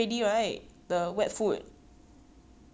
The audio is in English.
then after that his mouth is all the fish oil mah